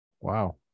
wow